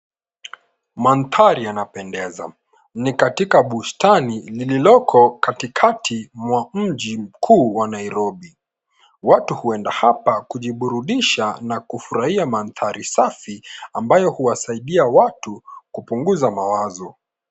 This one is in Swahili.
Mandhari yanapendeza. Ni katika bustani lililoko katikati mwa mji mkuu wa Nairobi. Watu huenda hapa kujiburudisha na kufurahia mandhari safi ambayo huwasaidia watu kupunguza mawazo.